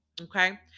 okay